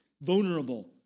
vulnerable